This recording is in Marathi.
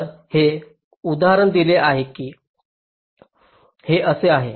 तर हे उदाहरण दिले आहे की हे असे आहे